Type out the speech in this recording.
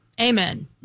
Amen